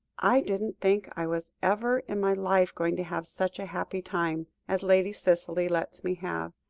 i didn't think i was ever in my life going to have such a happy time, as lady cicely lets me have,